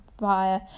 via